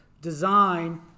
design